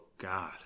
God